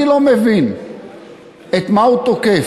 אני לא מבין את מה הוא תוקף,